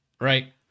right